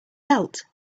belt